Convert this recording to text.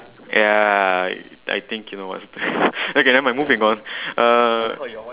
ya I think you know what's that okay never mind moving on uh